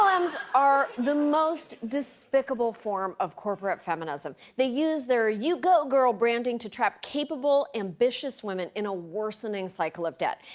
ah mlms are the most despicable form of corporate feminism. they use their you go, girl branding to trap capable, ambitious women in a worsening cycle of debt.